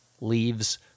leaves